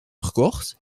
gekocht